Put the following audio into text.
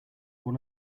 one